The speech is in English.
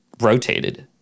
rotated